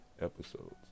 episodes